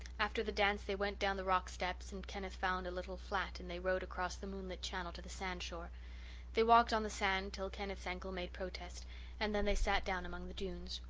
after the dance they went down the rock steps and kenneth found a little flat and they rowed across the moonlit channel to the sand-shore they walked on the sand till kenneth's ankle made protest and then they sat down among the dunes.